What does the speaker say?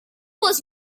was